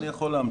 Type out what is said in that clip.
זה יכול להמתין.